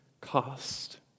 cost